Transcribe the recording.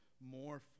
more